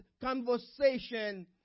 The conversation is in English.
conversation